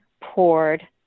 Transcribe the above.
poured